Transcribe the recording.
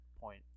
point